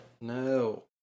No